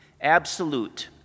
absolute